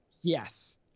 yes